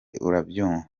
urabyumva